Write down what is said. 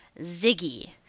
Ziggy